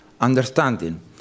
understanding